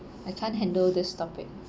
I can't handle this topic